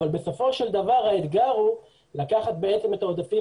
אבל בסופו של דבר האתגר הוא לקחת את העודפים